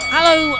Hello